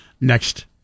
next